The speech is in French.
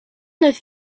neuf